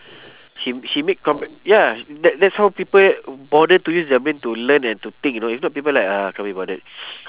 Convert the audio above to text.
she she make comp~ ya that that's how people bother to use their brain to learn and to think you know if not people like ah can't be bothered